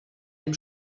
dem